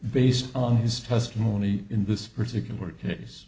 based on his testimony in this particular case